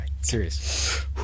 serious